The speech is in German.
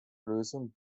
lösung